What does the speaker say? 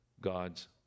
God's